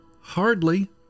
Hardly